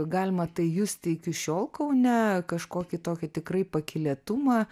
galima tai justi iki šiol kaune kažkokį tokį tikrai pakylėtumą